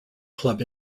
club